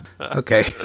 Okay